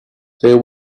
there